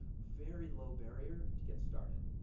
very low barrier to get started.